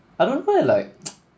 I don't know eh like